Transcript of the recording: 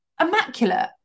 immaculate